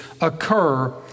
occur